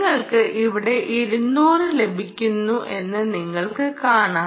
നിങ്ങൾക്ക് ഇവിടെ 200 ലഭിക്കുന്നത് നിങ്ങൾക്ക് കാണാം